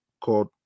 called